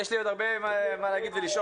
אחרי זה צריך לדבר גם על מוקדים של אלימות,